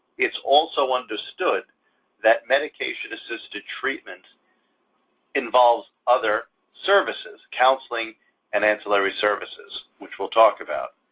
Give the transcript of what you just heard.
it's also understood that medication-assisted treatment involves other services, counseling and ancillary services, which we'll talk about.